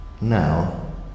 Now